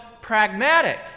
Pragmatic